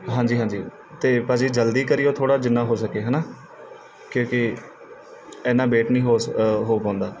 ਹਾਂਜੀ ਹਾਂਜੀ ਅਤੇ ਭਾਅ ਜੀ ਜਲਦੀ ਕਰਿਓ ਥੋੜ੍ਹਾ ਜਿੰਨਾ ਹੋ ਸਕੇ ਹੈ ਨਾ ਕਿਉਂਕਿ ਇੰਨਾ ਵੇਟ ਨਹੀਂ ਹੋ ਸ ਹੋ ਪਾਉਂਦਾ